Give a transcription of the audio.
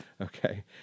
Okay